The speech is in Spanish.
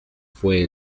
fue